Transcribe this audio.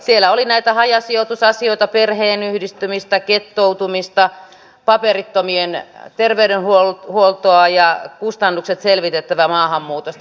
siellä oli näitä hajasijoitusasioita perheenyhdistämistä ghettoutumista paperittomien terveydenhuoltoa ja kustannusten selvittämistä maahanmuutosta